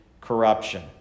corruption